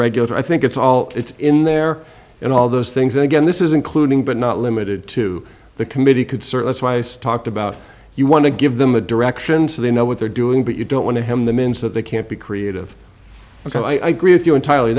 regular i think it's all it's in there and all those things and again this is including but not limited to the committee could certain twice talked about you want to give them a direction so they know what they're doing but you don't want to him the means that they can't be creative and so i agree with you entirely